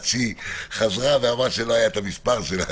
עד שהיא חזרה ואמרה שלא היה את המספר שלה,